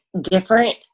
different